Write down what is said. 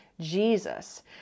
jesus